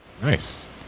Nice